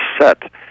set